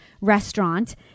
Restaurant